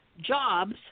jobs